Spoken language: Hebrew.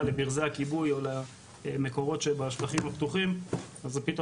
לברזי הכיבוי או למקורות שבשטחים הפתוחים אז פתאום